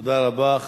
תודה רבה.